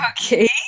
Okay